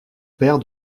père